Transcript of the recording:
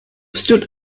stood